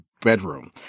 bedroom